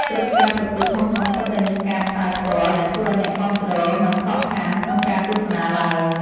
គ្រប់ការប្រកួតធំៗសុទ្ធតែមានការផ្សាយផ្ទាល់ដែលធ្វើឱ្យអ្នកគាំទ្រមិនខកខានក្នុងការទស្សនាឡើយ។